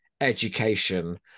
education